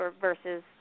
versus